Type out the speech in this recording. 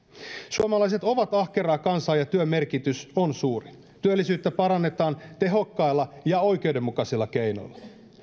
suomalaiset ovat ahkeraa kansaa ja työn merkitys on suuri työllisyyttä parannetaan tehokkailla ja oikeudenmukaisilla keinoilla